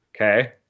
Okay